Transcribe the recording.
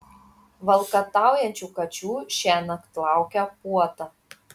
valkataujančių kačių šiąnakt laukia puota